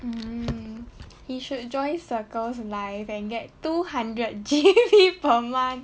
hmm he should join Circles Life and get two hundred G_B per month